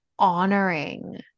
honoring